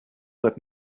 that